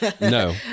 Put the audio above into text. No